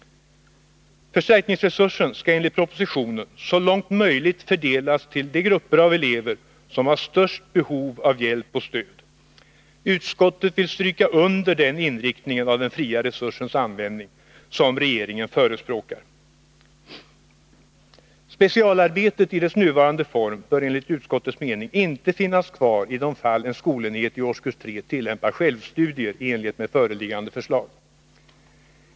Förstärkningsresursen skall enligt propositionen så långt möjligt fördelas till de grupper av elever som har störst behov av hjälp och stöd. Utskottet vill stryka under den inriktning av den fria resursens användning som regeringen förespråkar. Specialarbetet i dess nuvarande form bör enligt utskottets mening inte finnas kvar i de fall en skolenhet i årskurs 3 tillämpar självstudier i enlighet med föreliggande förslag.